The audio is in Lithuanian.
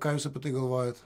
ką jūs apie tai galvojat